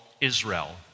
Israel